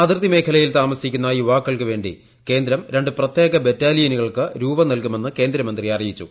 അതിർത്തി മേഖലയിൽ താമസിക്കുന്ന യുവാക്കൾക്കുവേണ്ടി കേന്ദ്രം രണ്ട് പ്രത്യേക ബെറ്റാലിയനുകൾക്ക് രൂപം നൽകുമെന്ന് കേന്ദ്രമന്ത്രി അറിയിച്ചു